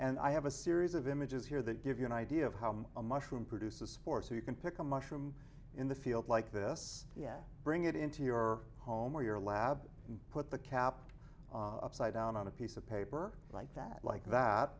and i have a series of images here that give you an idea of how a mushroom produces spores who can pick a mushroom in the field like this yeah bring it into your home or your lab and put the cap upside down on a piece of paper like that like that